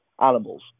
animals